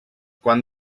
quan